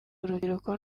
urubyiruko